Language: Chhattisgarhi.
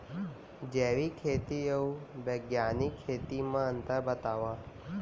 जैविक खेती अऊ बैग्यानिक खेती म अंतर बतावा?